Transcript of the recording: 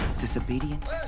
disobedience